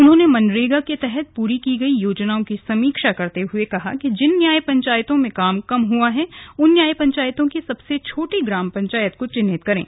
उन्होंने मनरेगा के तहत पूरी की गई योजनाओ की समीक्षा करते हुए कहा कि जिन न्याय पंचायतों में काम कम हुआ है उन न्याय पंचायतों की सबसे छोटी ग्राम पंचायत को चिन्हित करें